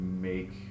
make